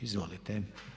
Izvolite.